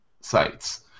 sites